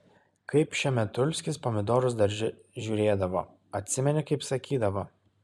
kaip šemetulskis pomidorus darže žiūrėdavo atsimeni kaip sakydavo